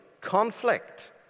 conflict